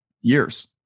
years